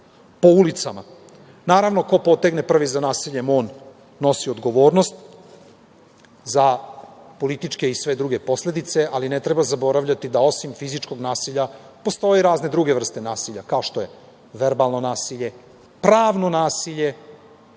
po ulicama. Naravno, ko potegne prvi za nasiljem on nosi odgovornost za političke i sve druge posledice, ali ne treba zaboravljati da osim fizičkog nasilja postoje i razne druge vrste nasilja, kao što je verbalno nasilje, pravno nasilje,